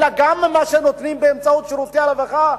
אלא גם מה שנותנים באמצעות שירותי הרווחה,